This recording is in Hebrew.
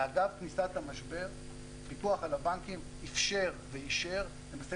ואגב כניסת המשבר הפיקוח על הבנקים איפשר ואישר למעשה